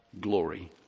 glory